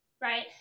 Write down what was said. right